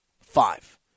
Five